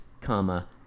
comma